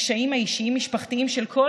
להתחשב בקשיים האישיים-משפחתיים של כל